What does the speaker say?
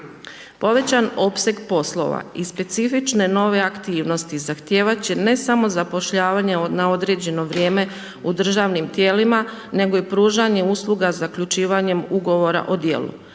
Povećan opseg poslova i specifične nove aktivnosti, zahtijevati će ne samo zapošljavanje na određeno vrijeme u državnim tijelima, nego i pružanjem usluga zaključivanjem ugovora o dijelu.